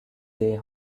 their